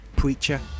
preacher